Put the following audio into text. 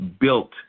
built